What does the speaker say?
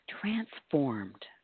transformed